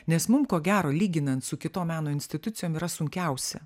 nes mum ko gero lyginant su kitom meno institucijom yra sunkiausia